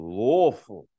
lawful